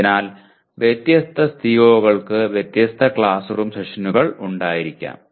അതിനാൽ വ്യത്യസ്ത CO കൾക്ക് വ്യത്യസ്ത ക്ലാസ് റൂം സെഷനുകൾ ഉണ്ടായിരിക്കാം